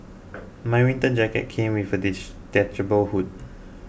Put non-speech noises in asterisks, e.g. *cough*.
my winter jacket came with a *unintelligible* detachable hood